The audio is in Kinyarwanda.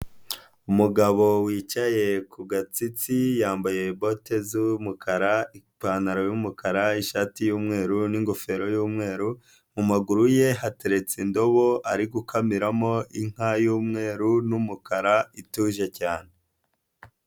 Umugabo wicaye ku gatsitsi, yambaye bote z'umukara, ipantaro y'umukara, ishati y'umweru n'ingofero y'umweru, mu maguru ye hateretse indobo ari gukamiramo inka y'umweru n'umukara ituje cyane.